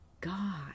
God